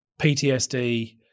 PTSD